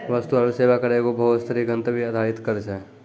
वस्तु आरु सेवा कर एगो बहु स्तरीय, गंतव्य आधारित कर छै